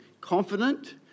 confident